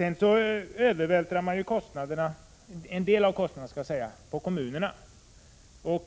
En del av kostnaderna övervältras på kommunerna, som